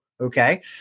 okay